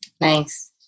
Thanks